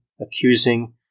accusing